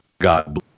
God